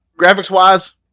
graphics-wise